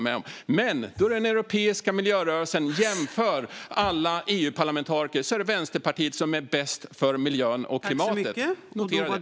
Men när den europeiska miljörörelsen jämför alla EU-parlamentariker är det Vänsterpartiet som är bäst för miljön och klimatet. Notera det!